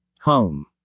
Home